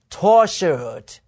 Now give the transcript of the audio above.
tortured